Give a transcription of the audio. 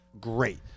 great